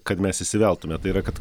kad mes įsiveltume tai yra kad